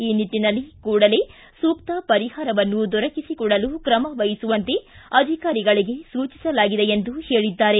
ಈ ನಿಟ್ಟನಲ್ಲಿ ಕೂಡಲೇ ಸೂಕ್ತ ಪರಿಹಾರವನ್ನು ದೊರಕಿಸಿಕೊಡಲು ಕ್ರಮ ವಹಿಸುವಂತೆ ಅಧಿಕಾರಿಗಳಿಗೆ ಸೂಚಿಸಲಾಗಿದೆ ಎಂದು ಹೇಳಿದ್ದಾರೆ